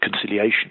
conciliation